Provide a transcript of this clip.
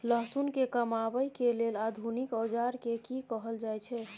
लहसुन के कमाबै के लेल आधुनिक औजार के कि कहल जाय छै?